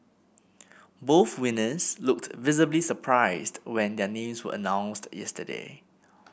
both winners looked visibly surprised when their names were announced yesterday